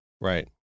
Right